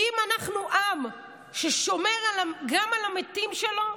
כי אם אנחנו עם ששומר גם על המתים שלו,